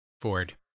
Ford